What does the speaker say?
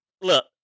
look